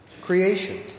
creation